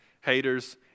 haters